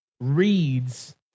reads